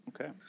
Okay